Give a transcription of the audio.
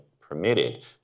permitted